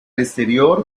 exterior